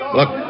Look